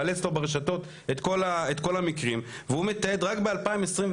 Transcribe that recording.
מעלה אצלו ברשתות את כל המקרים והוא מתעד רק ב- 2021,